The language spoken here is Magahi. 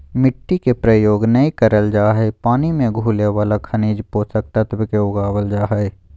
मिट्टी के प्रयोग नै करल जा हई पानी मे घुले वाला खनिज पोषक तत्व मे उगावल जा हई